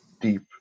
deep